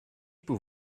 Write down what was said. pour